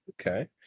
Okay